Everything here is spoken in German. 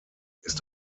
ist